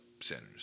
centers